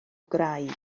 graig